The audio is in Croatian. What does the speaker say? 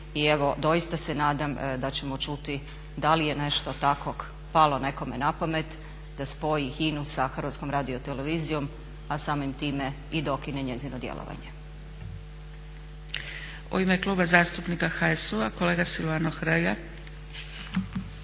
doista se nadam da ćemo čuti da li je nešto takvog palo nekome na pamet da spoji HINA-u sa HRT-om a samim time i dokine njezino djelovanje.